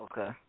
Okay